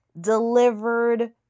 delivered